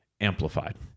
amplified